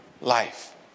life